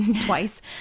twice